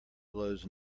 blows